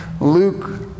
Luke